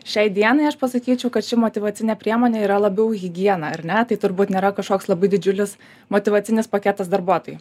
šiai dienai aš pasakyčiau kad ši motyvacinė priemonė yra labiau higiena ar ne tai turbūt nėra kažkoks labai didžiulis motyvacinis paketas darbuotojui